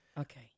Okay